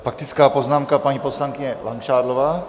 Faktická poznámka, paní poslankyně Langšádlová.